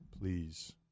Please